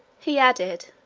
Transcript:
he added,